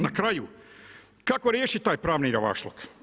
Na kraju, kako riješiti taj pravni javašluk?